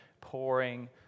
pouring